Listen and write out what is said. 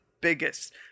biggest